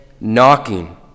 knocking